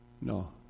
No